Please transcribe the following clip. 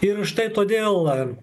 ir štai todėl